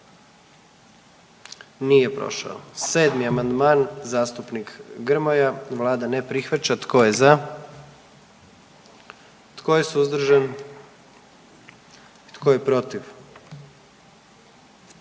dio zakona. 44. Kluba zastupnika SDP-a, vlada ne prihvaća. Tko je za? Tko je suzdržan? Tko je protiv?